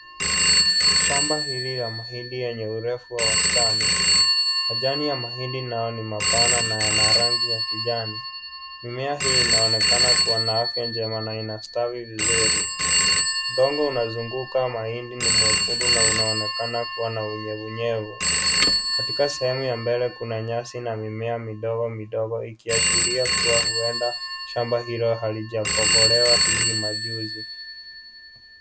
Shamba hili la mahindi yenye urefu wa wastani ,majani ya mahindi nayo ni mapana na yana rangi ya kijani. Mimea hii inaonekana kuwa na afya njema na inastawi vizuri. Udongo unazunguka, mahindi ni mwekundu na unaonekana kuwa na unyevunyevu. Katika sehemu ya mbele kuna nyasi na mimea midogo midogo ikiashiria kuwa huenda shamba hilo halijapogolewa hivi majuzi.